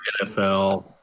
nfl